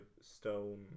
stone